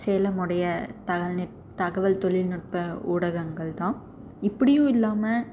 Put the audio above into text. சேலமுடைய தகவல் நிட் தகவல் தொழில்நுட்ப ஊடகங்கள் தான் இப்படியும் இல்லாமல்